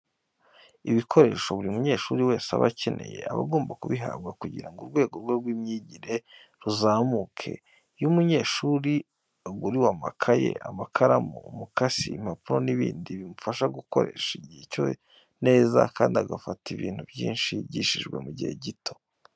Ibikoresho buri munyeshuri wese aba akeneye, aba agomba kubihabwa kugira ngo urwego rwe rw'imyigire ruzamuke. Iyo umunyeshuri aguriwe amakayi, amakaramu, umukasi, impapuro n'ibindi, bimufasha gukoresha igihe cye neza, kandi agafata ibintu byinshi yigishijwe mu gihe gito.